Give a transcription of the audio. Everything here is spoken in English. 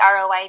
ROI